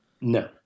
No